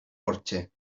porche